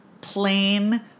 plain